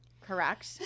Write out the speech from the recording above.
correct